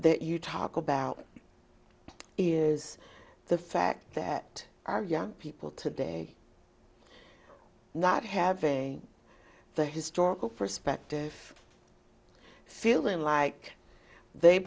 that you talk about is the fact that our young people today not having the historical perspective feeling like they